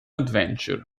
adventure